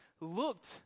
looked